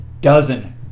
dozen